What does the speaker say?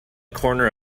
corner